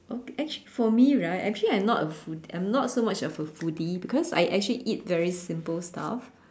okay actually for me right actually I'm not a food I'm not so much of a foodie because I actually eat very simple stuff